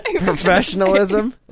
Professionalism